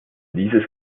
dieses